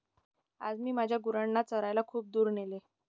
आज मी माझ्या गुरांना चरायला खूप दूर नेले